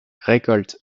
récolte